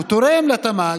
הוא תורם לתמ"ג,